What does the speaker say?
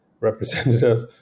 representative